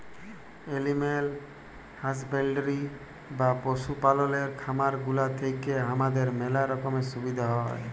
animal husbandry বা পশু পাললের খামার গুলা থেক্যে হামাদের ম্যালা রকমের সুবিধা হ্যয়